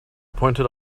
pointed